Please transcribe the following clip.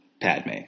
Padme